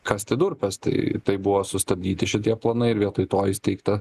kasti durpes tai tai buvo sustabdyti šitie planai ir vietoj to įsteigta